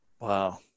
Wow